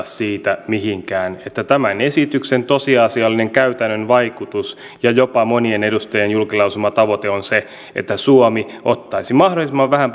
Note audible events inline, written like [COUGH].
[UNINTELLIGIBLE] siitä mihinkään että tämän esityksen tosiasiallinen käytännön vaikutus ja jopa monien edustajien julki lausuma tavoite on se että suomi ottaisi mahdollisimman vähän [UNINTELLIGIBLE]